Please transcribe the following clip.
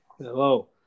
Hello